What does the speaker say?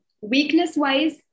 weakness-wise